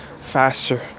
faster